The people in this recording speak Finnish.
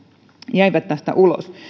jäivät tästä ulos